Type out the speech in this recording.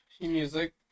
music